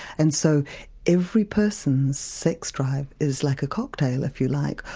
and so every person's sex drive is like a cocktail, if you like,